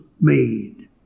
made